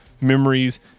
memories